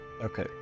Okay